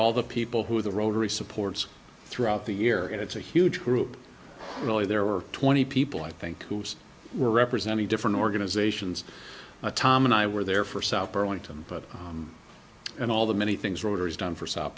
all the people who are the rotary supports throughout the year and it's a huge group really there were twenty people i think who were representing different organizations tom and i were there for south burlington but and all the many things reuters done for s